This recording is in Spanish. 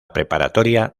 preparatoria